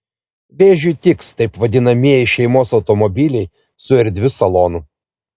vėžiui tiks taip vadinamieji šeimos automobiliai su erdviu salonu